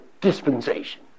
dispensation